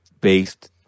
based